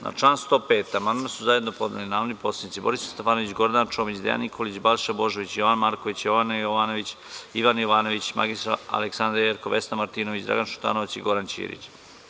Na član 105. amandman su zajedno podneli narodni poslanici Borislav Stefanović, Gordana Čomić, Dejan Nikolić, Balša Božović, Jovan Marković, Jovana Jovanović, Ivan Jovanović, mr Aleksandra Jerkov, Vesna Martinović, Dragan Šutanovac i Goran Ćirić.